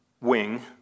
wing